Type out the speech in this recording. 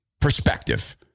perspective